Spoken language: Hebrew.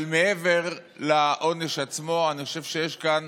אבל מעבר לעונש עצמו, אני חושב שיש כאן